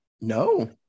No